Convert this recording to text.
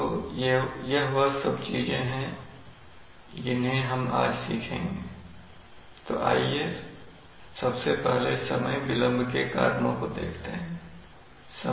तो यह वह सब चीजें हैं जिन्हें हम आज सीखने जा रहे हैं तो आइए सबसे पहले समय विलंब के कारणों को देखते हैं